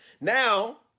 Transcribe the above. Now